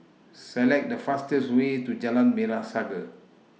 Select The fastest Way to Jalan Merah Saga